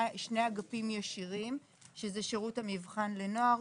שני אגפים ישירים שזה שירות המבחן לנוער,